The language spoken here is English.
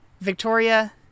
Victoria